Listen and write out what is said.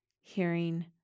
hearing